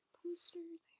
posters